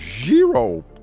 zero